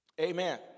Amen